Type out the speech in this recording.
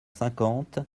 cinquante